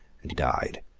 and he died.